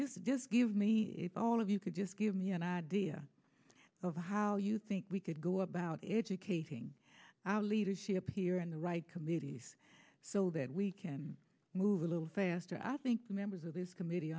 does give me all of you could just give me an idea of how you think we could go about educating our leadership here and the right committees so that we can move a little faster i think the members of this committee